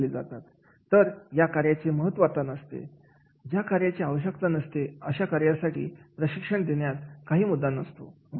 तर या कार्याचे महत्व आता नसते ज्या कार्यांचे आवश्यकता नसते अशा कार्यासाठी प्रशिक्षण देण्यात काही मुद्दा नसतो